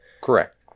correct